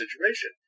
situation